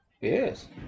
Yes